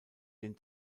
den